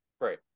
Right